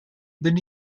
bin